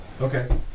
Okay